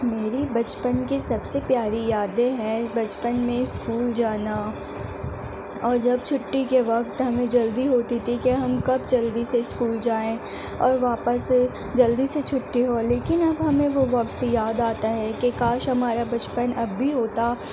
میرے بچپن کے سب سے پیاری یادیں ہیں بچپن میں اسکول جانا اور جب چھٹی کے وقت ہمیں جلدی ہوتی تھی کہ ہم کب جلدی سے اسکول جائیں اور واپس جلدی سے چھٹی ہو لیکن اب ہمیں وہ وقت یاد آتا ہے کہ کاش ہمارا بچپن اب بھی ہوتا